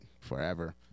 forever